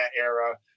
era